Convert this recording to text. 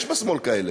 יש בשמאל כאלה,